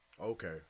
okay